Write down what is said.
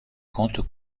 comptes